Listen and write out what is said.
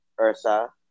Ursa